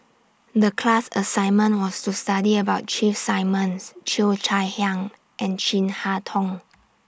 The class assignment was to study about Keith Simmons Cheo Chai Hiang and Chin Harn Tong